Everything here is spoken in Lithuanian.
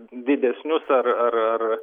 didesnius ar